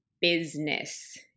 business